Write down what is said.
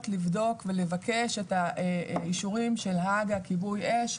לבדוק ולבקש את האישורים של הג"א וכיבוי אש,